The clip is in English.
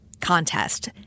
contest